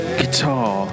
guitar